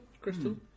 crystal